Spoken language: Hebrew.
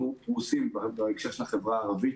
אנחנו פרוסים בהקשר של החברה הערבית